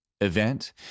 event